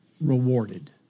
rewarded